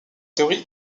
théorie